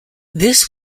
this